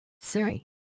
Siri